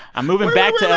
i'm moving back yeah